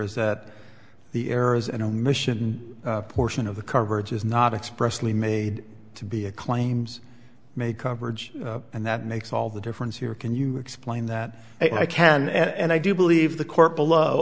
is that the errors and omission portion of the coverage is not expressly made to be a claims made coverage and that makes all the difference here can you explain that i can and i do believe the court below